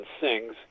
sings